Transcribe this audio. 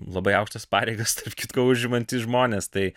labai aukštas pareigas tarp kitko užimantys žmonės tai